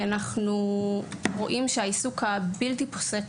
אנחנו רואים שהעיסוק הבלתי פוסק